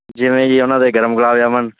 ਜਿਵੇਂ ਜੀ ਉਹਨਾਂ ਦੇ ਗਰਮ ਗੁਲਾਬ ਜਾਮੁਨ